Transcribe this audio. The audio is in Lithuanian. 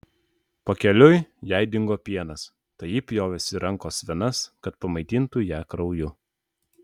pakeliui jai dingo pienas tai ji pjovėsi rankos venas kad pamaitintų ją krauju